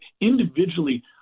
individually